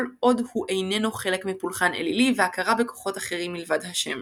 כל עוד הוא איננו חלק מפולחן אלילי והכרה בכוחות אחרים מלבד ה'.